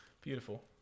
Beautiful